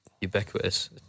Ubiquitous